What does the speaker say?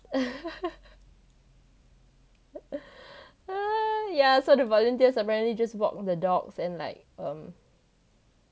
ya so the volunteers apparently just walk the dogs and like um